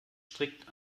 strikt